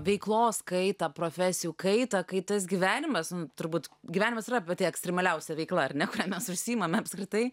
veiklos kaitą profesijų kaita kai tas gyvenimas turbūt gyvenimas yra pati ekstremaliausia veikla ar nekuria mes užsiimame apskritai